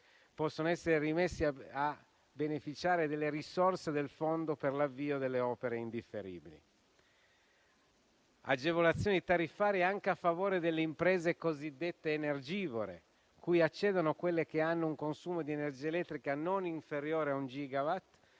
possono essere rimessi a beneficiare delle risorse del Fondo per l'avvio delle opere indifferibili. Sono previste agevolazioni tariffarie anche a favore delle imprese cosiddette energivore, cui accedono quelle che hanno un consumo di energia elettrica non inferiore a un gigawatt